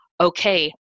okay